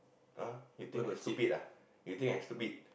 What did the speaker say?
ah you think I stupid ah you think I stupid